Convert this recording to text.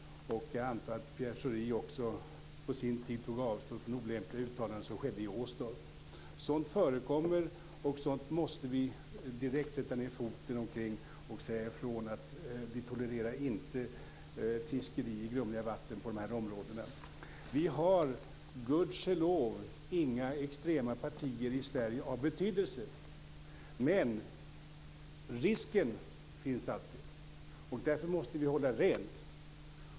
Jag antar att Pierre Schori på sin tid också tog avstånd från olämpliga uttalanden i Åstorp. Sådant förekommer, och då måste vi direkt sätta ned foten och säga att vi inte tolererar fiskeri i grumliga vatten på de här områdena. Vi har, gudskelov, i Sverige inga extrema partier av betydelse. Men risken finns alltid, och därför måste vi hålla rent.